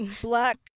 black